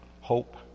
Hope